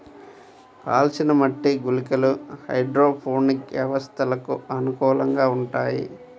కాల్చిన మట్టి గుళికలు హైడ్రోపోనిక్ వ్యవస్థలకు అనుకూలంగా ఉంటాయి